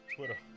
Twitter